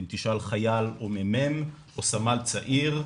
אם תשאל חייל או מ"מ או סמל צעיר,